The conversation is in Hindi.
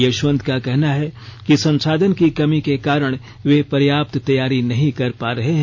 यशवंत का कहना है कि संसाधन की कमी के कारण वे पर्याप्त तैयारी नहीं कर े पा रहे है